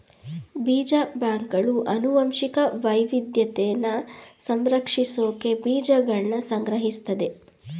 ಬೀಜ ಬ್ಯಾಂಕ್ಗಳು ಅನುವಂಶಿಕ ವೈವಿದ್ಯತೆನ ಸಂರಕ್ಷಿಸ್ಸೋಕೆ ಬೀಜಗಳ್ನ ಸಂಗ್ರಹಿಸ್ತದೆ